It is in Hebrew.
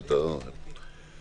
את הייפוי כוח.